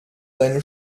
seine